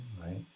right